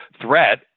threat